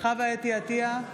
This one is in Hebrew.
חוה אתי עטייה,